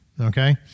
Okay